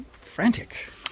frantic